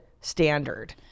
standard